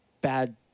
bad